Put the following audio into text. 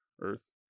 earth